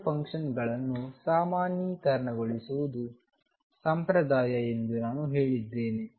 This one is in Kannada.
ವೇವ್ ಫಂಕ್ಷನ್ಗಳನ್ನು ಸಾಮಾನ್ಯಗೊಳಿಸುವುದು ಸಾಂಪ್ರದಾಯ ಎಂದು ನಾನು ಹೇಳಿದ್ದೇನೆ